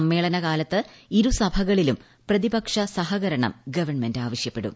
സമ്മേളനകാലത്ത് ഇരുസഭകളിലും പ്രത്യീപ്പക്ഷ് സഹകരണം ഗവൺമെന്റ് ആവശ്യപ്പെടും